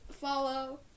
follow